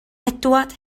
edward